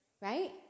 right